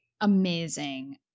amazing